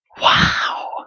Wow